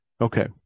Okay